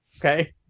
Okay